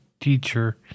teacher